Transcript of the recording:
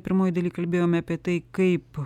pirmoj daly kalbėjome apie tai kaip